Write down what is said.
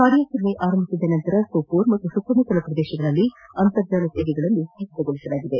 ಕಾರ್ಯಾಚರಣೆ ಆರಂಭಿಸಿದ ನಂತರ ಸೋಷೋರ್ ಮತ್ತು ಸುತ್ತಮುತ್ತಲ ಪ್ರದೇಶಗಳಲ್ಲಿ ಅಂರ್ತಜಾಲ ಸೇವೆಗಳನ್ನು ಸ್ಥಗಿತಗೊಳಿಸಲಾಗಿದೆ